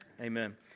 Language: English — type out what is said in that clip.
Amen